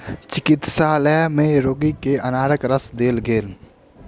चिकित्सालय में रोगी के अनारक रस देल गेल